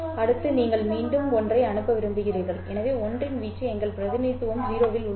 அடுத்து நீங்கள் மீண்டும் ஒன்றை அனுப்ப விரும்புகிறீர்கள் எனவே ஒன்றின் வீச்சு எங்கள் பிரதிநிதித்துவம் 0 இல் உள்ளது